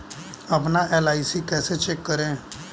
अपना एल.आई.सी कैसे चेक करें?